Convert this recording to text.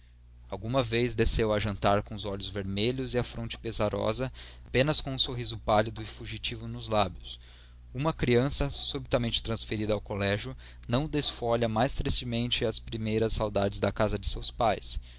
alguma vez desceu a jantar com os olhos vermelhos e a fronte pesarosa apenas com um sorriso pálido e fugitivo nos lábios uma criança subitamente transferida ao colégio não desfolha mais tristemente as primeiras saudades da casa de seus pais